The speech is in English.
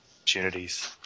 opportunities